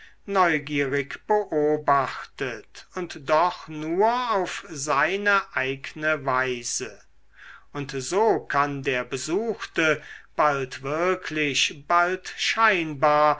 neugierig beobachtet und doch nur auf seine eigne weise und so kann der besuchte bald wirklich bald scheinbar